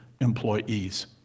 employees